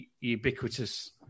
ubiquitous